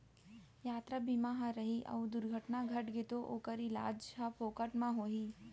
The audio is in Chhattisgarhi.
यातरा बीमा ह रही अउ दुरघटना घटगे तौ ओकर इलाज ह फोकट म होही